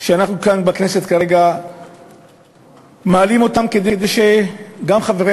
שאנחנו מעלים כאן בכנסת כרגע כדי שגם חברי